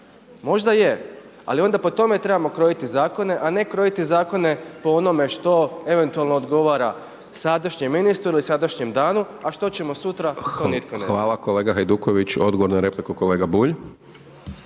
Možda je. Ali onda po tome trebamo krojiti zakone a ne krojiti zakone po onome što eventualno odgovara sadašnjem ministru ili sadašnjem danu a što ćemo sutra, to nitko ne zna. **Hajdaš Dončić, Siniša (SDP)** Hvala kolega Hajduković. Odgovor na repliku kolega Bulj.